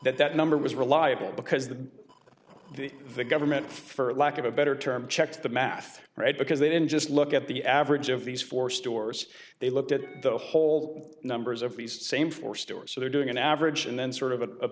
that that number was reliable because the the the government for lack of a better term checked the math right because they didn't just look at the average of these four stores they looked at the whole numbers of the same four stores so they're doing an average and then sort of